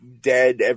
dead